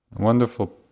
wonderful